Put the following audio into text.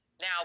Now